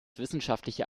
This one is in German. wissenschaftlicher